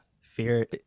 fear